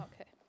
Okay